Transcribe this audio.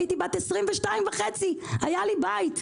הייתי בת 22.5 היה לי בית.